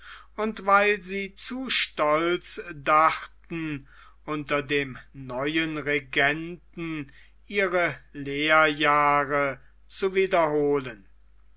und weil sie zu stolz dachten unter dem neuen regenten ihre lehrjahre zu wiederholen